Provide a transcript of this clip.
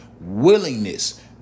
Willingness